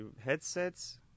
headsets